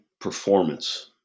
performance